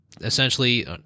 essentially